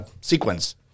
sequence